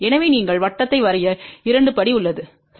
எனவே நீங்கள் வட்டத்தை வரைய இரண்டு படி உள்ளது சரி